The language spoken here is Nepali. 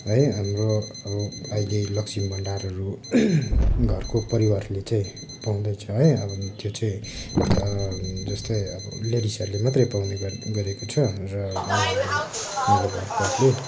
है हाम्रो अब अहिले लक्ष्मी भण्डारहरू घरको परिवारहरू चाहिँ पाउँदैछ है अब त्यो चाहिँ जस्तै अब लेडिसहरूले मात्रै पाउने गर् गरेको छ र उहाँहरूले हाम्रो घरकोहरूले